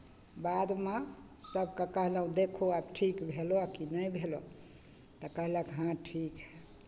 बादमे सभके कहलहुँ देखहो आब ठीक भेलहु कि नहि भेलहु तऽ कहलक हँ ठीक हइ